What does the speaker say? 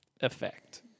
Effect